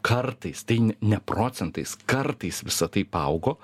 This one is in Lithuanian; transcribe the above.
kartais tai ne procentais kartais visa tai paaugo